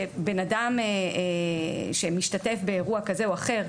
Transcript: שבן אדם שמשתתף באירוע כזה או אחר,